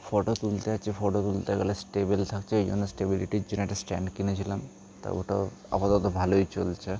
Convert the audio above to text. photo তুলতে যাচ্ছি photo তুলতে গেলে স্টেবল থাকছে ওই জন্য স্টেবিলিটির জন্য একটা স্ট্যান্ড কিনেছিলাম তা ওটাও আপাতত ভালোই চলছে